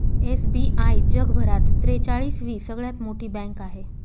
SBI जगभरात त्रेचाळीस वी सगळ्यात मोठी बँक आहे